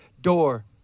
door